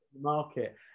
market